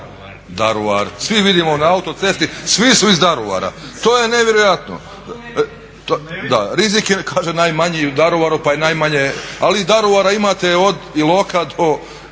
Daruvar. Svi vidimo na autocesti svi su iz Daruvara. To je nevjerojatno. Da, rizik je kažu najmanju u Daruvaru pa je najmanje, ali i Daruvara imate od Iloka do